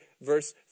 verse